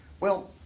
well,